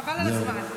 חבל על הזמן.